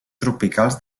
tropicals